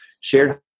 shared